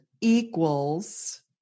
equals